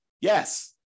Yes